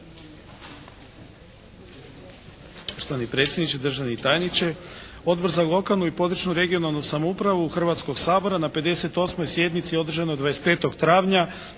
Poštovani predsjedniče, državni tajniče, Odbor za lokalnu i područnu (regionalnu) samoupravu Hrvatskog sabora na 58. sjednici održanoj 25. travnja